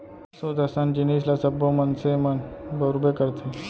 सूत असन जिनिस ल सब्बो मनसे मन बउरबे करथे